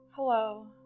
Hello